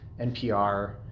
NPR